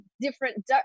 different